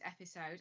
episode